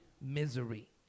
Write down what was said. Misery